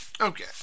Okay